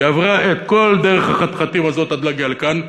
ועברה את כל דרך החתחתים הזאת עד להגיע לכאן,